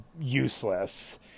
useless